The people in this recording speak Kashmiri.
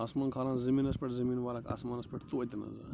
آسمان کھالہٕ ہن زٔمیٖنس پٮ۪ٹھ زٔمیٖن والَکھ آسمانَس پٮ۪ٹھ توتہِ نہٕ زَانٛہہ